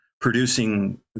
producing